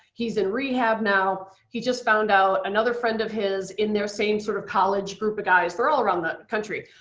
he's in rehab now. he just found out that another friend of his, in their same sort of college group of guys, they're all around the country,